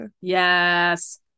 Yes